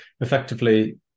effectively